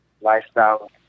lifestyle